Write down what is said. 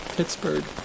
Pittsburgh